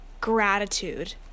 gratitude